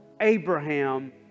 Abraham